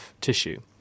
tissue